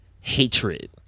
hatred